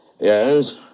Yes